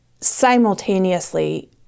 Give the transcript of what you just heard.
simultaneously